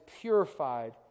purified